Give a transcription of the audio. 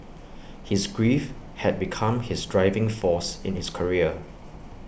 his grief had become his driving force in his career